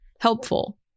helpful